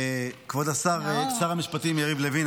כבוד שר המשפטים יריב לוין,